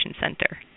Center